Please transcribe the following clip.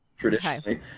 traditionally